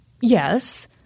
Yes